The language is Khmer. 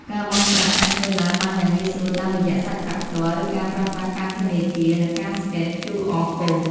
ការបង់ប្រាក់អាចធ្វើឡើងបានយ៉ាងងាយស្រួល តាមរយៈសាច់ប្រាក់ផ្ទាល់ ឬការប្រើប្រាស់កាតធនាគារ និងការស្កេន ឃ្យូអរ កូដ។